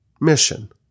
mission